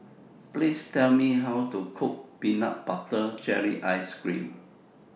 Please Tell Me How to Cook Peanut Butter Jelly Ice Cream